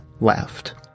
LEFT